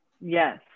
Yes